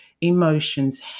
emotions